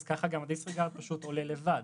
אז כך הדיסריגרד עולה לבד.